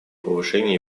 повышения